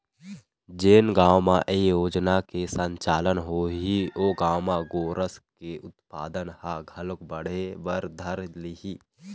जेन गाँव म ए योजना के संचालन होही ओ गाँव म गोरस के उत्पादन ह घलोक बढ़े बर धर लिही